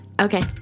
Okay